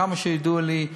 עד כמה שידוע לי,